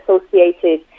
associated